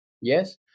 Yes